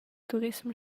turissem